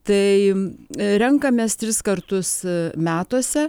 tai renkamės tris kartus metuose